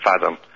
fathom